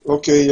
אוקיי,